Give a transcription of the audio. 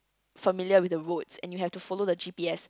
familiar with the roads and you have to follow the g_p_s